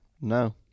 No